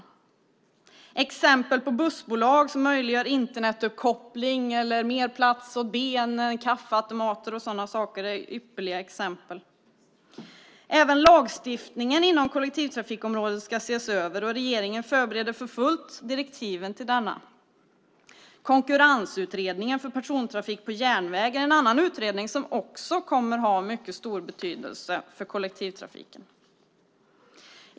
Det finns exempel på att bussbolag möjliggör Internetuppkoppling, ger mer plats för benen eller installerar kaffeautomat. Det är ypperliga exempel. Även lagstiftningen inom kollektivtrafikområdet ska ses över och regeringen förbereder för fullt direktiven till denna. Konkurrensutredningen för persontrafik på järnväg är en annan utredning som också kommer att ha stor betydelse för kollektivtrafiken.